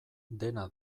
dena